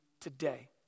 today